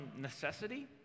necessity